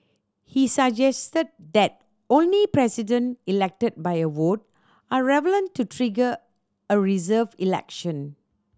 he suggested that only President elected by a vote are relevant to trigger a reserved election